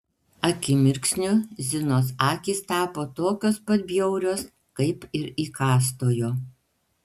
akimirksniu zinos akys tapo tokios pat bjaurios kaip ir įkąstojo